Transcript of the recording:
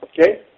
okay